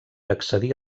accedir